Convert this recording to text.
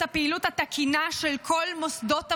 הפעילות התקינה של כל מוסדות הממשלה.